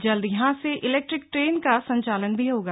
जल्द यहां से इलेक्ट्रिक ट्रेन का संचालन भी होगा